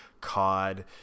cod